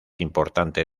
importante